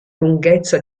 lunghezza